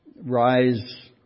rise